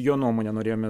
jo nuomonę norėjome